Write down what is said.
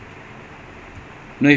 finish already ah so !huh!